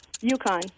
Yukon